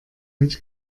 mit